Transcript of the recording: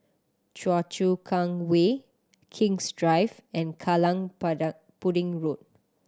Choa Chu Kang Way King's Drive and Kallang Pudding Road